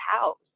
house